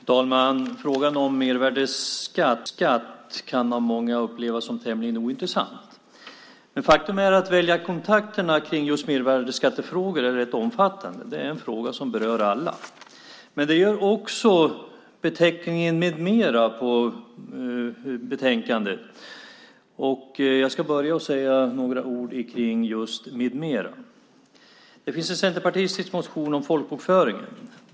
Fru talman! Frågan om mervärdesskatt kan av många upplevas som tämligen ointressant. Men faktum är att väljarkontakterna om just mervärdesskattefrågan är rätt omfattande. Det är en fråga som berör alla. Men det gör också beteckningen "med mera" på betänkandet, och jag ska börja med att säga några ord om just "med mera". Det finns en centerpartistisk motion om folkbokföringen.